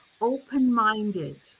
open-minded